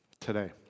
today